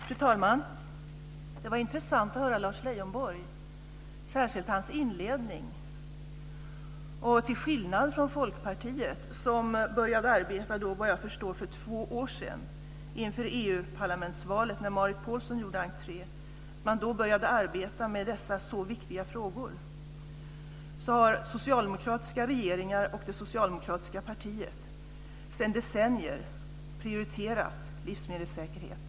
Fru talman! Det var intressant att höra Lars Leijonborg, särskilt hans inledning. Till skillnad från Folkpartiet, som vad jag förstår började arbeta med dessa viktiga frågor för två år sedan, inför EU parlamentsvalet när Marit Paulsen gjorde entré, har socialdemokratiska regeringar och det socialdemokratiska partiet sedan decennier prioriterat livsmedelssäkerhet.